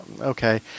okay